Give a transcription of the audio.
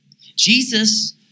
Jesus